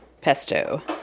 Pesto